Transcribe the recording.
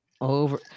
over